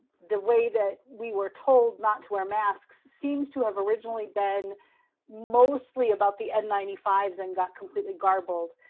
the way that we were told not to wear masks seems to have originally been mostly about the n nine five s and got completely garbled,